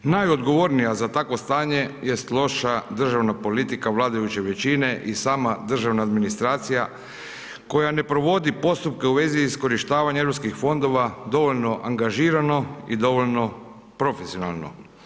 Najodgovornija za takvo stanje jest loša državna politika vladajuće većine i sama državna administracija, koja ne provodi postupke u vezi iskorištavanje europskih fondova, dovoljno angažirano i dovoljno profesionalno.